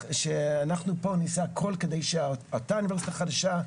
שאנחנו פה נעשה הכול כדי שאותה אוניברסיטה חדשה,